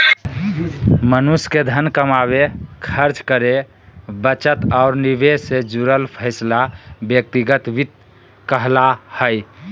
मनुष्य के धन कमावे, खर्च करे, बचत और निवेश से जुड़ल फैसला व्यक्तिगत वित्त कहला हय